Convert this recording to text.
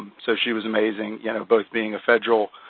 so, she was amazing you know both being a federal